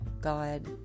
God